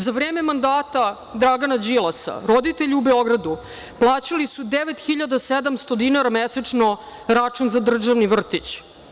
Za vreme mandata Dragana Đilasa, roditelji u Beogradu plaćali su 9.700 dinara mesečno račun za državni vrtić.